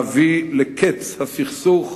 להביא לקץ הסכסוך